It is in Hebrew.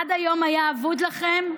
עד היום היה אבוד לכם,